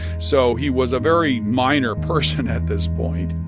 so he was a very minor person at this point.